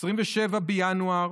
27 בינואר